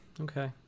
Okay